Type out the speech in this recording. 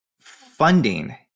funding